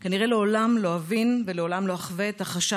כנראה שלא אבין ולעולם לא אחווה את החשש